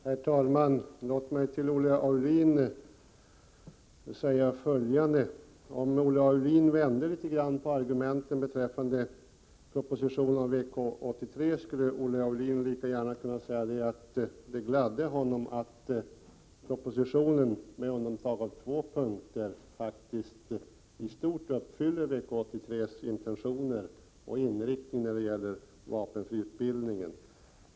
Herr talman! Låt mig till Olle Aulin säga följande: Om Olle Aulin vände litet på argumenten beträffande propositionen och VK 83, skulle han lika gärna kunna säga att det gladde honom att propositionen med undantag av två punkter i stort sett uppfyller VK 83:s intentioner och inriktning när det gäller vapenfriutbildning.